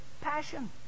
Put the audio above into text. passion